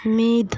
ᱢᱤᱫ